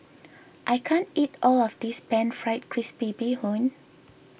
I can't eat all of this Pan Fried Crispy Bee Hoon